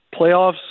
playoffs